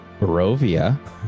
Barovia